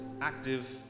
active